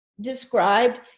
described